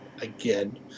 Again